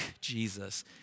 Jesus